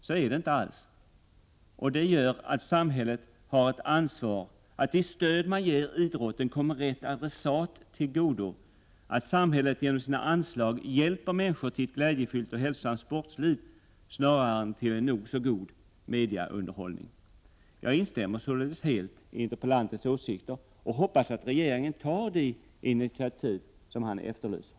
Så är det inte alls, och det gör att samhället har ett ansvar att det stöd man ger idrotten kommer rätt adressat till godo, att samhället genom sina anslag hjälper människor till ett glädjefyllt och hälsosamt sportliv snarare än till en nog så god mediaunderhållning. Jag instämmer sålunda helt i interpellantens åsikter och hoppas att regeringen tar de initiativ som han efterlyser.